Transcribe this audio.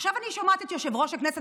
עכשיו אני שומעת את יושב-ראש הכנסת,